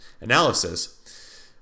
analysis